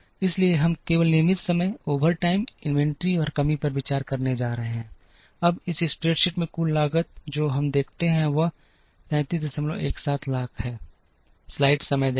इसलिए हम केवल नियमित समय ओवरटाइम इन्वेंट्री और कमी पर विचार करने जा रहे हैं अब इस स्प्रेडशीट में कुल लागत जो हम देखते हैं वह 3317 लाख है